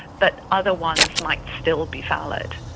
but other ones might still be valid.